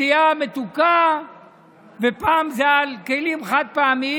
שתייה מתוקה ופעם זה על כלים חד-פעמיים,